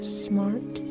smart